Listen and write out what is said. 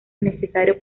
necesario